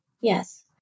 Yes